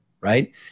right